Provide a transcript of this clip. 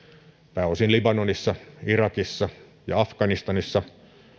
pääosin libanonissa irakissa ja afganistanissa